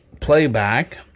playback